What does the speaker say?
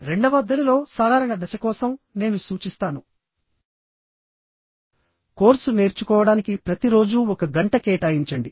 రెండవ దశలో సాధారణ దశ కోసం నేను సూచిస్తాను కోర్సు నేర్చుకోవడానికి ప్రతిరోజూ ఒక గంట కేటాయించండి